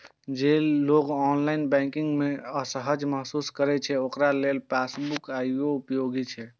जे लोग online banking मे असहज महसूस करै छै, ओकरा लेल पासबुक आइयो उपयोगी छै